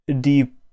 deep